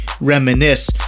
Reminisce